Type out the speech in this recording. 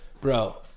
bro